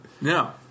No